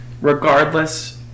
regardless